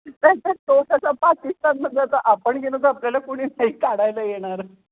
त्याच्यात तो कसा पाकिस्तानमध्ये जातो आपण गेलो तर आपल्याला कुणीच नाही काढायला येणार